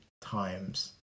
times